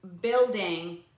Building